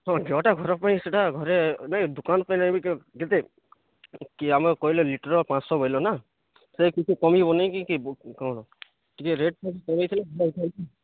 ହଁ ଯୋଉଟା ଘର ପାଇଁ ସେଟା ଘରେ ନାଇ ଦୁକାନ୍ ପାଇଁ ନେବି କେତେ କି ଆମକୁ କହିଲ କି ଲିଟର୍ ପାଞ୍ଚ୍ ଶହ ବୋଇଲ ନା ସେ କିଛି କମିବ ନେଇ କି କ'ଣ ଟିକେ ରେଟ୍ ଫେଟ୍ କମେଇଥିଲେ ଭଲ ହୋଇଥାନ୍ତା